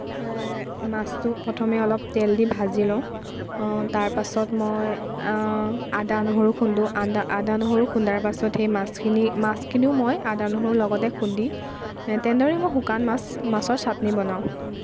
মাছটো প্ৰথমে অলপ তেল দি ভাজি লওঁ তাৰ পাছত মই আদা নহৰু খুন্দোঁ আদা আদা নহৰু খুন্দাৰ পাছত সেই মাছখিনি মাছখিনিও মই আদা নহৰুৰ লগতে খুন্দি তেনেদৰে মই শুকান মাছ মাছৰ চাটনি বনাওঁ